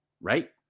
right